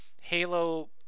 Halo